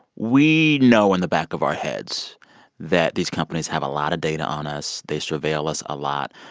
we know in the back of our heads that these companies have a lot of data on us. they surveil us a lot,